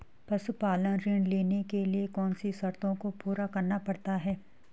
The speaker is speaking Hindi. पशुपालन ऋण लेने के लिए कौन सी शर्तों को पूरा करना पड़ता है?